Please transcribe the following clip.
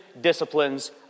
disciplines